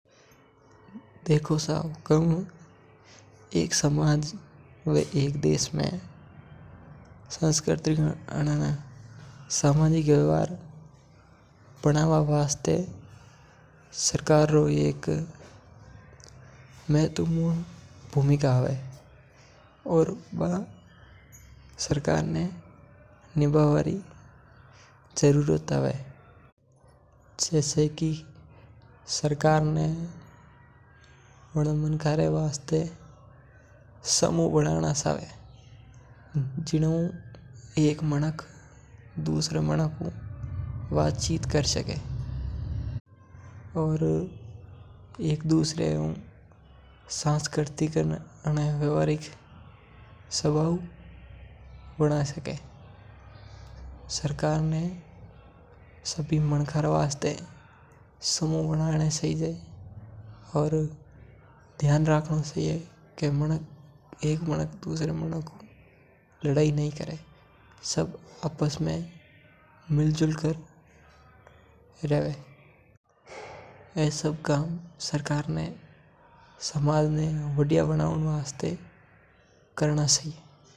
देखो सा हुक्म एक समाज और एक देश में सांस्कृतिक और सामाजिक व्यवहार बनवा वास्ते सरकार तो महत्वपूर्ण भूमिका हवे। सरकार ने मानका रे हरू समूह बनाना जोईजे जिणे हु एक मानक दुसरे मानक हु वात करी साके और प्रेम भाव वड़ा साके। सरकार ने समाज रो ध्यान रखनो जोईजे और सब ने साथ में लेर बेवनो जोईजे।